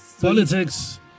politics